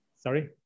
Sorry